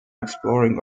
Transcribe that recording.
exploring